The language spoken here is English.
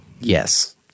Yes